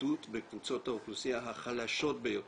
התמקדות בקבוצות האוכלוסייה החלשות ביותר,